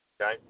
Okay